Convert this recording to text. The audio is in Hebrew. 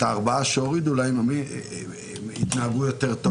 ארבעת החודשים שהורידו להם כי הם התנהגו יותר טוב.